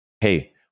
Hey